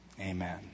Amen